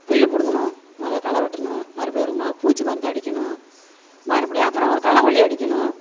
புல்லு பிடுங்கணும் மொதல் களை வெட்டணும் மறுபடியும் ஒரு முறை பூச்சி மருந்து அடிக்கணும் மறுபடியும் அப்புறம் ஒரு களைக்கொல்லி அடிக்கணும்